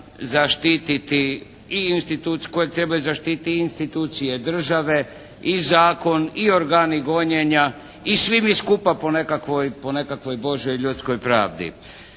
kojeg trebaju zaštiti i institucije države i zakon i organi gonjenja i svi mi skupa po nekakvoj božjoj i ljudskoj pravdi.